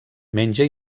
menja